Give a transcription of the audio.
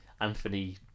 Anthony